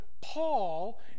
Paul